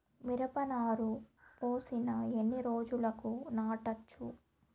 మిరప నారు పోసిన ఎన్ని రోజులకు నాటచ్చు?